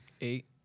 Eight